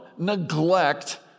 neglect